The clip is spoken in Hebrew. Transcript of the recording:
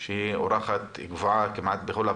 שהיא אורחת קבוע כמעט בכל הוועדות.